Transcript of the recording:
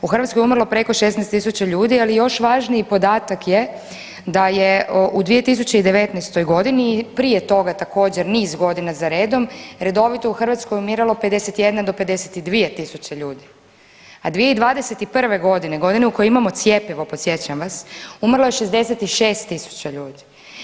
U Hrvatskoj je umrlo preko 16 tisuća ljudi, ali još važniji podatak je da je u 2019. g. prije toga također, niz godina za redom, redovito u Hrvatskoj umiralo 51 do 52 tisuće ljudi, a 2021. g., godine u kojoj imamo cjepivo, podsjećam vas, umrlo je 66 tisuća ljudi.